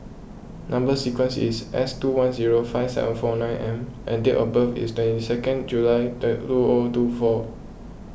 Number Sequence is S two one zero five seven four nine M and date of birth is twenty second July two O two four